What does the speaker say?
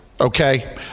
okay